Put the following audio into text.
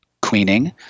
cleaning